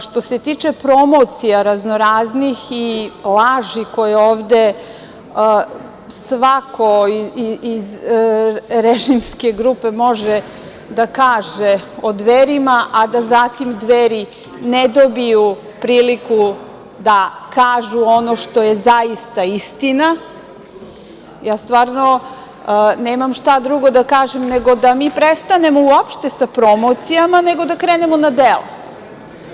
Što se tiče promocija razno-raznih i laži koje ovde svako iz režimske grupe može da kaže o Dverima, a da zatim Dveri ne dobiju priliku da kažu ono što je zaista istina, ja stvarno nemam šta drugo da kažem nego da mi prestanemo uopšte sa promocijama, nego da krenemo na dela.